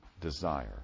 desire